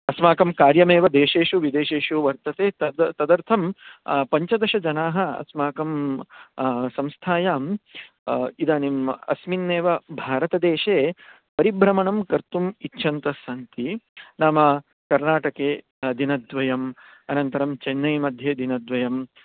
अस्माकं कार्यमेव देशेषु विदेशेषु वर्तते तद् तदर्थं पञ्चदशजनाः अस्माकं संस्थायाम् इदानीम् अस्मिन्नेव भारतदेशे परिभ्रमणं कर्तुम् इच्छन्तस्सन्ति नाम कर्णाटके दिनद्वयम् अनन्तरं चेन्नै मध्ये दिनद्वयं